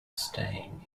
staying